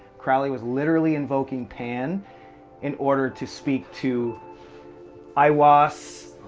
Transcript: crowley was literally invoking pan in order to speak to aiwass,